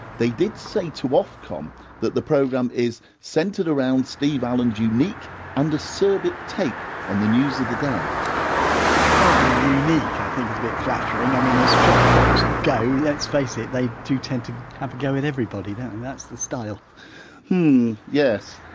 they did say to ofcom that the programme is centred around steve allen's unique and acerbic take on the news of the day hardly unique i think is a bit flattering. i mean as shock jocks go, let's face it, they do tend to have a go at everybody, don't they, and that's the style hmm yes.